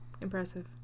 impressive